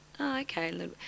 Okay